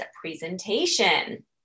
presentation